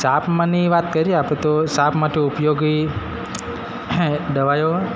સાપ માની વાત કરીએ આપણે તો સાપ માટે ઉપયોગી દવાઓ